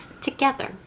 together